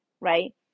right